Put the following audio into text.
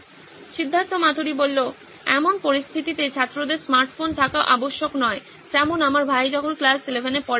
সিদ্ধার্থ মাতুরি এমন পরিস্থিতিতে ছাত্রদের স্মার্টফোন থাকা আবশ্যক নয় যেমন আমার ভাই এখন ক্লাস 11 এ পড়ে